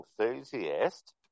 enthusiast